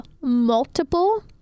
multiple